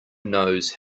knows